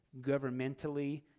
governmentally